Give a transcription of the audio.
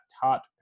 taught